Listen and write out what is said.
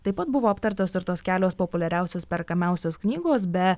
taip pat buvo aptartos ir tos kelios populiariausios perkamiausios knygos be